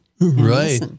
right